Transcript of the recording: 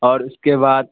اور اس کے بعد